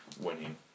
winning